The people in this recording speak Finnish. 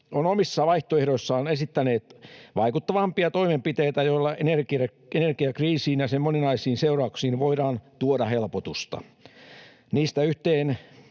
ovat omissa vaihtoehdoissaan esittäneet vaikuttavampia toimenpiteitä, joilla energiakriisiin ja sen moninaisiin seurauksiin voidaan tuoda helpotusta. Niistä yhteen